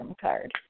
card